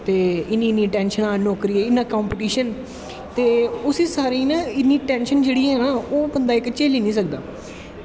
ते इन्नियां इन्नियां टैेंशन कंपिटिशन उसी सारे गी टैंशन जेह्ड़ी ऐ ना ओह् बंदी इक झेली नी सकदा